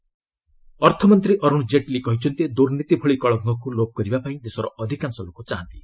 Jaitley ASSOCHAM ଅର୍ଥମନ୍ତୀ ଅରୁଣ ଜେଟ୍ଲୀ କହିଛନ୍ତି ଦୁର୍ନୀତି ଭଳି କଳଙ୍କକୁ ଲୋପ କରିବାପାଇଁ ଦେଶର ଅଧିକାଂଶ ଲୋକ ଚାହାନ୍ତି